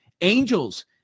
Angels